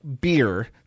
beer